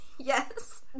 Yes